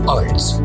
arts